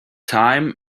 time